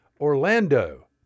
Orlando